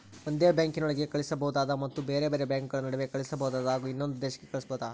ಒಂದೇ ಬ್ಯಾಂಕಿನೊಳಗೆ ಕಳಿಸಬಹುದಾ ಮತ್ತು ಬೇರೆ ಬೇರೆ ಬ್ಯಾಂಕುಗಳ ನಡುವೆ ಕಳಿಸಬಹುದಾ ಹಾಗೂ ಇನ್ನೊಂದು ದೇಶಕ್ಕೆ ಕಳಿಸಬಹುದಾ?